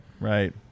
right